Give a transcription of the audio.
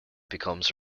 becomes